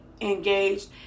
engaged